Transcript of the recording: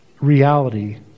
reality